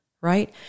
Right